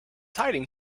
hiding